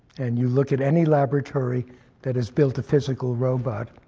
and you look at any laboratory that has built a physical robot